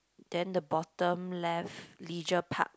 then the bottom left leisure park